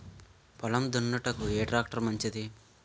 పొలం దున్నుటకు ఏ ట్రాక్టర్ మంచిది?